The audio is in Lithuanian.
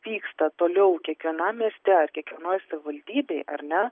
vyksta toliau kiekvienam mieste ar kiekvienoj savivaldybėj ar ne